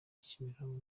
kimironko